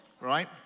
right